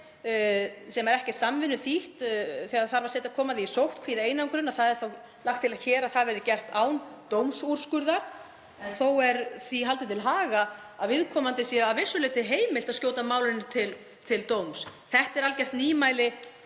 sem er ekki samvinnuþýtt þegar það þarf að koma því í sóttkví eða einangrun. Hér er lagt til að það verði gert án dómsúrskurðar. En þó er því haldið til haga að viðkomandi sé að vissu leyti heimilt að skjóta málinu til dóms. Þetta er algjört nýmæli